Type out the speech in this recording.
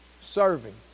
serving